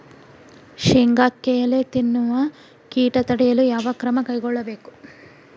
ಶೇಂಗಾಕ್ಕೆ ಎಲೆ ತಿನ್ನುವ ಕೇಟ ತಡೆಯಲು ಯಾವ ಕ್ರಮ ಕೈಗೊಳ್ಳಬೇಕು?